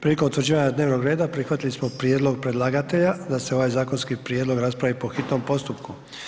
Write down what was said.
Prilikom utvrđivanja dnevnog reda prihvatili smo prijedlog predlagatelja da se ovaj zakonski prijedlog raspravi po hitnom postupku.